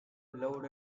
loved